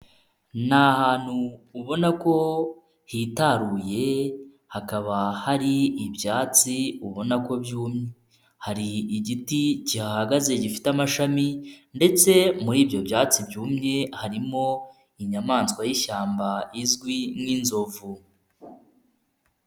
Ni ahantutu ubona ko hitaruye hakaba hari ibyatsi ubona ko byumye, hari igiti kihahagaze gifite amashami ndetse muri ibyo byatsi byumye harimo inyamanswa y'ishyamba izwi nk'inzovu.